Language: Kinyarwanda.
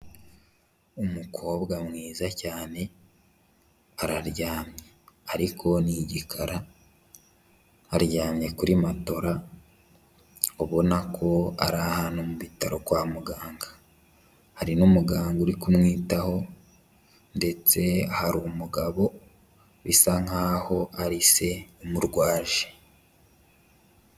Umukobwa mwiza cyane araryamye ariko ni igikara, aryamye kuri matola ubona ko ari ahantu mu bitaro kwa muganga, hari n'umuganga uri kumwitaho ndetse hari umugabo bisa nkaho ari se umurwaje.